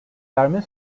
verme